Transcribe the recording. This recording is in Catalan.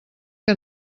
que